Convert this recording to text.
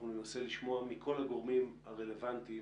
אנחנו ננסה לשמוע מכל הגורמים הרלוונטיים